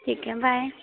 ठीक है बाय